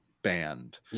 band